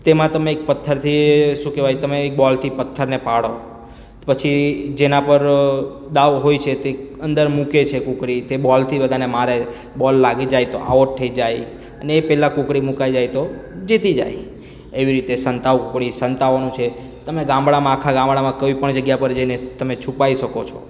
તેમાં તમે એક પથ્થરથી શું કહેવાય તમે એક બોલથી પથ્થરને પાડો પછી જેના પર દાવ હોય છે તે અંદર મૂકે છે કૂકરી તે બોલથી બધાને મારે બોલ લાગી જાય તો આઓટ થઈ જાય અને એ પહેલાં કૂકરી મુકાઇ જાય તો જીતી જાય એવી રીતે સંતાકુકડી સંતાવાનું છે તમે ગામડામાં આખા ગામડામાં કોઇપણ જગ્યા પર જઈને તમે છુપાઈ શકો છો